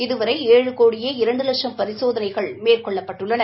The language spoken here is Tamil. இதுவரை ஏழு கோடியே இரண்டு லட்சம் பரிசோதனைகள் மேற்கொள்ளப்பட்டுள்ளன